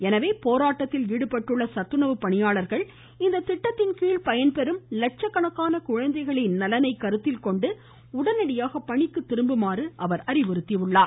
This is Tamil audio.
எனவே போராட்டத்தில் ஈடுபட்டுள்ள சத்துணவு பணியாளர்கள் இந்த திட்டத்தின்கீழ் பயன்பெறும் லட்சக்கணக்கான குழந்தைகளின் நலனை கருத்தில்கொண்டு உடனடியாக பணிக்கு திரும்புமாறு அவர் அறிவுறுத்தியுள்ளார்